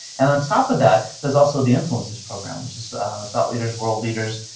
and on top of that, there's also the influencers program, which is thought leaders, world leaders,